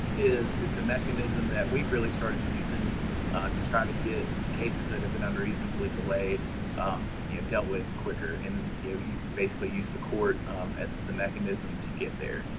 is it's a mechanism that we've really started using ah to try to get cases that have been unreasonably delayed um yeah dealt with quicker. and you you basically use the court as the mechanism to get there,